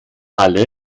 alle